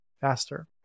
faster